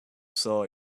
saw